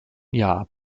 jahr